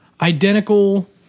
identical